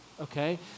okay